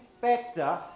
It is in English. factor